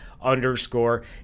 underscore